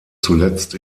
zuletzt